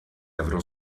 avrò